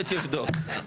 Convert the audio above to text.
אז תעשה הפסקה ותבדוק.